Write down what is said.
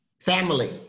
Family